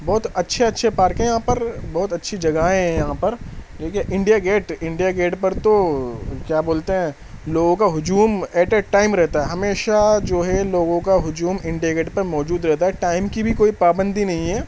بہت اچھے اچھے پارک ہیں یہاں پر بہت اچھی جگہیں ہیں یہاں پر ٹھیک ہے انڈیا گیٹ انڈیا گیٹ پر تو کیا بولتے ہیں لوگوں کا ہجوم ایٹ اے ٹائم رہتا ہے ہمیشہ جو ہے لوگوں کا ہجوم انڈیا گیٹ پہ موجود رہتا ہے ٹائم کی بھی کوئی پابندی نہیں ہے